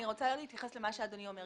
אני רוצה להתייחס למה שאדוני אומר.